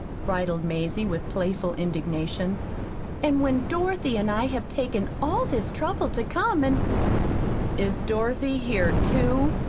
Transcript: bridled mazie, with playful indignation and when dorothy and i have taken all this trouble to come and is dorothy here, too?